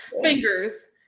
Fingers